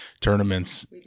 tournaments